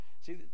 See